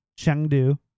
Chengdu